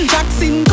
Jackson